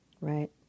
Right